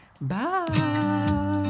Bye